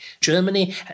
Germany